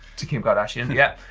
to kim kardashian, yep.